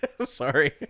sorry